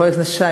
חבר הכנסת שי,